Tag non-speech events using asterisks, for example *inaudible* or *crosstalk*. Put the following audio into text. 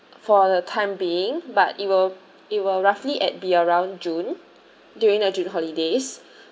for the time being but it will it will roughly at be around june during the june holidays *breath*